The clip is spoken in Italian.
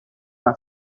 una